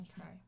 okay